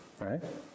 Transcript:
right